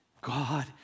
God